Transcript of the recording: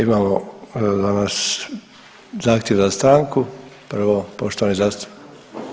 Imamo danas zahtjev za stanku prvo, poštovani zastupnik.